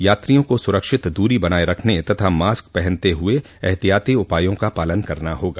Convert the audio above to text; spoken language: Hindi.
यात्रियों को सुरक्षित दूरी बनाए रखने तथा मास्क पहनते हुए एहतियाती उपायों का पालन करना होगा